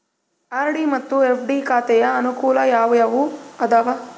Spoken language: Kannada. ಆರ್.ಡಿ ಮತ್ತು ಎಫ್.ಡಿ ಖಾತೆಯ ಅನುಕೂಲ ಯಾವುವು ಅದಾವ?